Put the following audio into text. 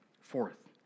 Fourth